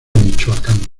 michoacán